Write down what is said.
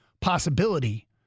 possibility